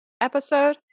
episode